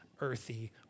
earthy